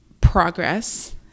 progress